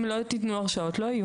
אם לא תיתנו הרשאות לא יהיו.